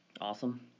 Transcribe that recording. Awesome